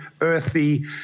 earthy